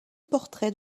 portraits